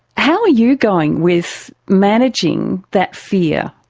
how are you going with managing that fear?